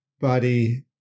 body